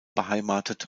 beheimatet